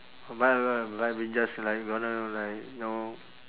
but but but I be just like gonna like know